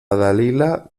dalila